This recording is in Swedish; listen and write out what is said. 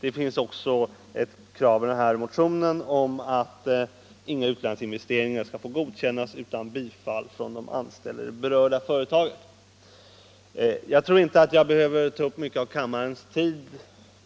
Det finns också krav i motionen att utlandsinvesteringar icke skall godkännas utan bifall från de anställda inom det berörda företaget. Jag tror inte jag behöver ta upp mycket av kammarens tid